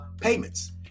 payments